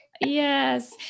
Yes